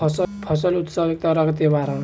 फसल उत्सव एक तरह के त्योहार ह